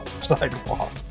sidewalk